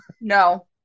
no